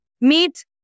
meet